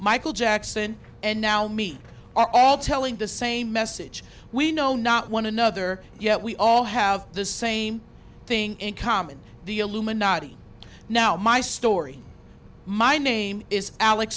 michael jackson and now meet all telling the same message we know not one another yet we all have the same thing in common the illuminati now my story my name is alex